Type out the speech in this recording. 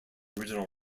original